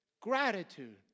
Gratitude